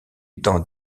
dans